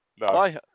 No